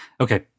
Okay